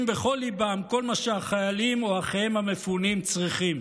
בכל ליבם כל מה שהחיילים או אחיהם המפונים צריכים,